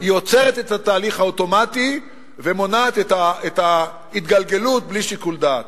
היא עוצרת את התהליך האוטומטי ומונעת את ההתגלגלות בלי שיקול דעת.